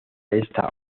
esta